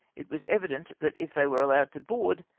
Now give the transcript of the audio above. it was evident that if they were allowed to board,